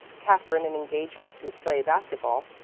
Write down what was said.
katherine an engagement to play basket-ball,